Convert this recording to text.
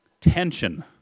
Tension